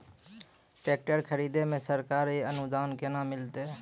Tractor खरीदै मे सरकारी अनुदान केना मिलतै?